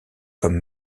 comme